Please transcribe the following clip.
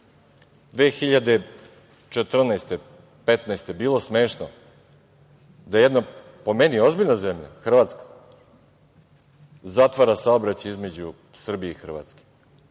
2015. godine bilo smešno da jedna, po meni, ozbiljna zemlja, Hrvatska, zatvara saobraćaj između Srbije i Hrvatske.